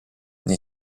nei